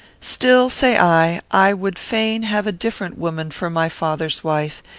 still, say i, i would fain have a different woman for my father's wife,